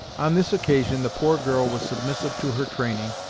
on this occasion the poor girl was submissive to her training,